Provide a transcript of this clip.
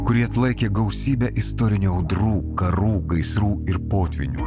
kurie atlaikė gausybę istorinių audrų karų gaisrų ir potvynių